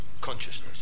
consciousness